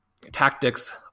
tactics